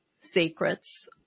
secrets